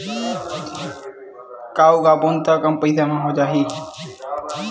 का उगाबोन त कम पईसा म हो जाही?